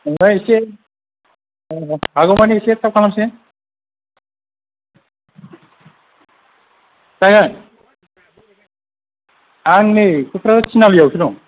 बेवहाय एसे हागौ मानि जों एसे थाब खालामसै जागोन आं नै क'क्राझार तिनालिआवसो दं